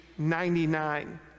99